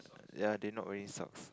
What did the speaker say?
ya they are not wearing socks